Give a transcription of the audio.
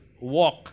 walk